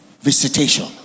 visitation